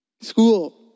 School